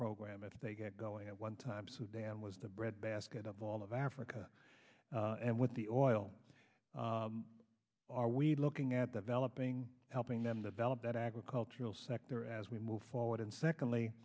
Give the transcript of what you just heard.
program if they get going at one time than was the breadbasket of all of africa and with the oil are we looking at the valid being helping them develop that agricultural sector as we move forward and secondly